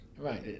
Right